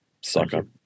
Sucker